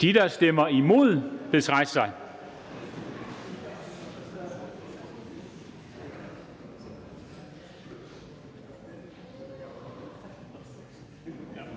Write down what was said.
der stemmer imod, bedes rejse sig.